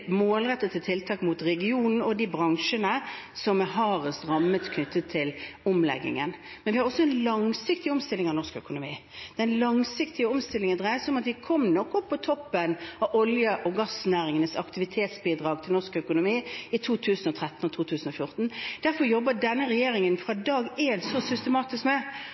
omleggingen. Men vi har også en langsiktig omstilling av norsk økonomi. Den langsiktige omstillingen dreier seg om at vi nok kom opp på toppen av olje- og gassnæringenes aktivitetsbidrag til norsk økonomi i 2013–2014. Derfor jobber denne regjeringen – fra dag én – så systematisk med